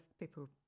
people